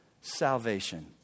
salvation